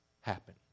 happen